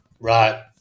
Right